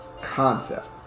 concept